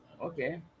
okay